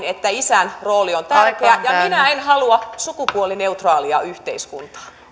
että isän rooli on tärkeä ja ja minä en halua sukupuolineutraalia yhteiskuntaa